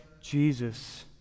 Jesus